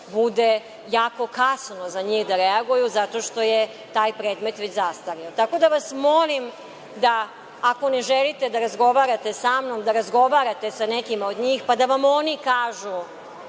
bude jako kasno za njih da reaguju zato što je taj predmet već zastareo. Molim vas da, ako ne želite da razgovarate sa mnom, razgovarate sa nekima od njih, pa da vam oni kažu